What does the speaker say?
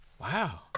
Wow